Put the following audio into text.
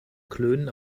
klönen